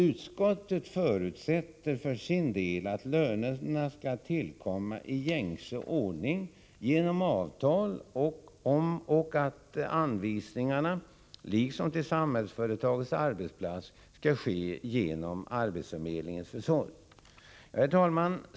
Utskottet förutsätter för sin del att lönerna skall tillkomma i gängse ordning genom avtal och att anvisningarna, liksom i fråga om Samhällsföretags arbetsplatser, skall ske genom arbetsförmedlingens försorg. Herr talman!